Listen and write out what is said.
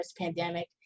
pandemic